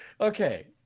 okay